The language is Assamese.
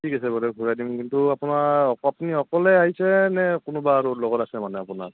ঠিক আছে বাৰু ঘূৰাই দিম কিন্তু আপোনাৰ আপুনি অকলে আহিছে নে কোনোবা আৰু লগত আছে মানে আপোনাৰ